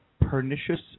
pernicious